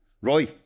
Roy